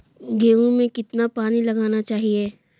गेहूँ में कितना पानी लगाना चाहिए?